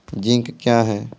Zinc क्या हैं?